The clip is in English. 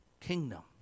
kingdom